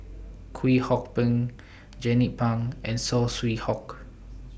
Kwek Hong Png Jernnine Pang and Saw Swee Hock